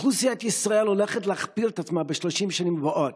אוכלוסיית ישראל הולכת להכפיל את עצמה ב-30 השנים הבאות,